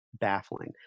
baffling